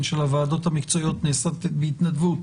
של הוועדות המקצועיות נעשית בהתנדבות,